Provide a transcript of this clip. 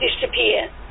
disappear